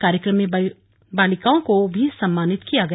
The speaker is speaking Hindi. कार्यक्रम में बालिकाओं को सम्मानित भी किया गया